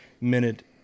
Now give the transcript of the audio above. minute